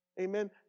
Amen